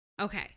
Okay